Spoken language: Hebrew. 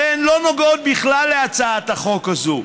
הרי הן לא נוגעות בכלל להצעת החוק הזאת,